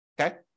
okay